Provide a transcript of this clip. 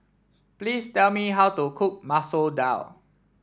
please tell me how to cook Masoor Dal